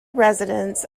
residents